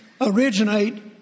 originate